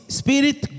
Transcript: spirit